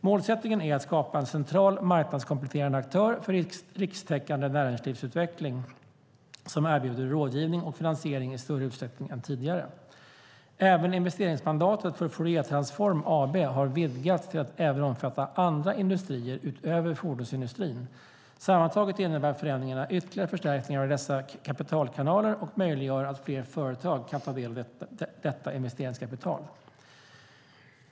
Målsättningen är att skapa en central marknadskompletterande aktör för rikstäckande näringslivsutveckling som erbjuder rådgivning och finansiering i större utsträckning än tidigare. Även investeringsmandatet för Fouriertransform AB har vidgats till att också omfatta andra industrier utöver fordonsindustrin. Sammantaget innebär förändringarna ytterligare förstärkning av dessa kapitalkanaler och möjliggör att fler företag kan ta del av detta investeringskapital.